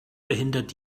verhindert